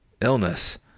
Illness